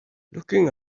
looking